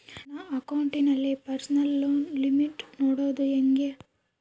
ನನ್ನ ಅಕೌಂಟಿನಲ್ಲಿ personal loan limit ನೋಡದು ಹೆಂಗೆ?